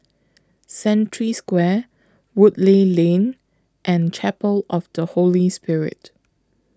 Century Square Woodleigh Lane and Chapel of The Holy Spirit